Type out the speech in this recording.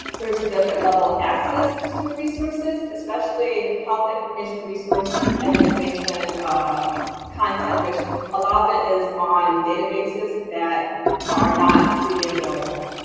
there's different levels of access to resources, especially health information resources and information content, which a lot of it is on databases that are not freely available.